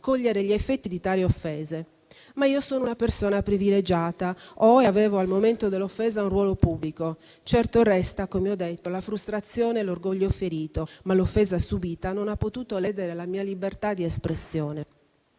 cogliere gli effetti di tali offese. E io sono una persona privilegiata; ho e avevo, al momento dell'offesa, un ruolo pubblico; certo resta, come ho detto, la frustrazione e l'orgoglio ferito, ma l'offesa subita non ha potuto ledere la mia libertà di espressione.